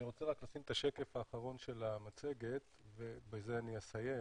אני רוצה לשים את השקף האחרון של המצגת ובזה אני אסיים.